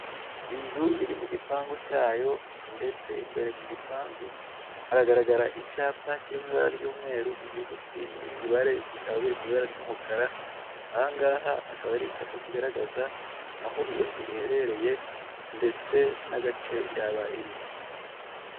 Inzu iri mu gipangu cyayo ndetse imbere ku gipangu haragaragara icyapa kiri mu ibara ry'umweru, inyuguti n'imibare bikaba biri mu ibara ry'umukara, ahangaha akaba ari icyapa kigaragaza aho iyo nzu iherereye ndetse n'agace yaba irimo.